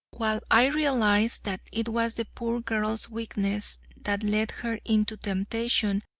while i realized that it was the poor girl's weakness that led her into temptation,